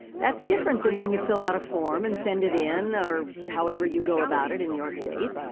that's different than when you fill out a form and send it in, or however you go about it in your state,